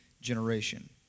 generation